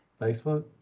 Facebook